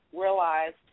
realized